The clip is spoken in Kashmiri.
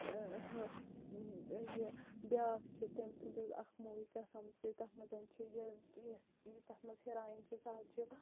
یہِ بیاکھ چھِ تٔمۍ سٕنٛز اکھ موٗوی قَسَم سے تتھ مَنٛز چھ یہِ یہِ تتھ مَنٛز ہیٖرایِن چھِ سۄ حظ چھِ